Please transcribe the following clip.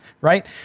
right